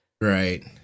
Right